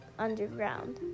underground